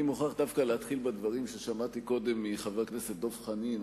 אני מוכרח דווקא להתחיל בדברים ששמעתי קודם מחבר הכנסת דב חנין,